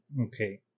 okay